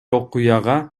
окуяга